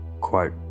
Quote